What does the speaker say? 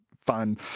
fun